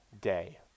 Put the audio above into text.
day